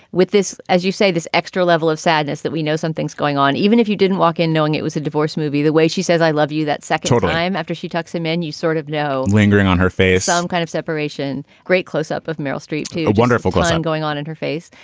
with this, as you say, this extra level of sadness that we know something's going on, even if you didn't walk in knowing it was a divorce movie, the way she says, i love you, that sexual time after she talks him and you sort of know, lingering on her face, some kind of separation great close up of meryl streep. a wonderful question going on in her face.